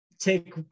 Take